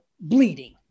bleeding